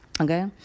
Okay